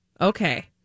okay